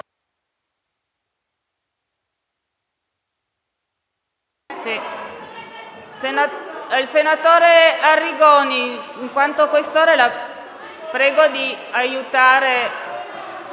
il senatore Arrigoni, in quanto Questore, di aiutare